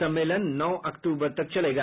सम्मेलन नौ अक्तूबर तक चलेगा